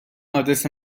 آدرس